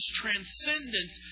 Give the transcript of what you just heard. transcendence